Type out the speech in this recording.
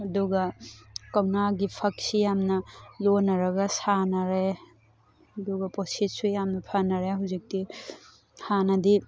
ꯑꯗꯨꯒ ꯀꯧꯅꯥꯒꯤ ꯐꯛꯁꯤ ꯌꯥꯝꯅ ꯂꯣꯟꯅꯔꯒ ꯁꯥꯅꯔꯦ ꯑꯗꯨꯒ ꯄꯣꯠꯁꯤꯠꯁꯨ ꯌꯥꯝꯅ ꯐꯅꯔꯦ ꯍꯧꯖꯤꯛꯇꯤ ꯍꯥꯟꯅꯗꯤ